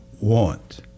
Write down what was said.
want